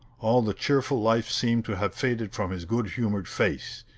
all the cheerful life seemed to have faded from his good-humored face.